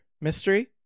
mystery